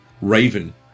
Raven